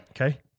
Okay